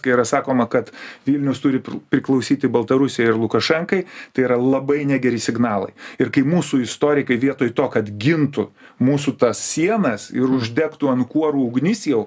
kai yra sakoma kad vilnius turi priklausyti baltarusijai ir lukašenkai tai yra labai negeri signalai ir kai mūsų istorikai vietoj to kad gintų mūsų tas sienas ir uždegtų ant kuorų ugnis jau